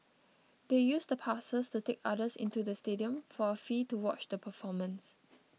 they used the passes to take others into the stadium for a fee to watch the performance